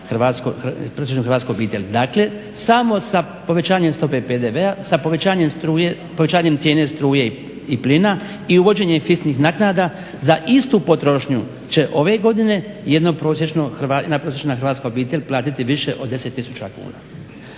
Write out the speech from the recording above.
za jednu prosječnu hrvatsku obitelj. Dakle samo sa povećanjem stope PDV-a, sa povećanjem cijene struje i plina i uvođenje fiksnih naknada za istu potrošnju će ove godine jedna prosječna hrvatska obitelj platiti više od 10000 kuna.